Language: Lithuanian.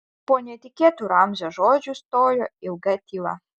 po netikėtų ramzio žodžių stojo ilga tyla